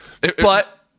But-